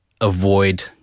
avoid